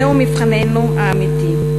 וזהו מבחננו האמיתי.